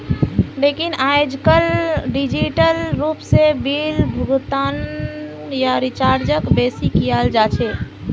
लेकिन आयेजकल डिजिटल रूप से बिल भुगतान या रीचार्जक बेसि कियाल जा छे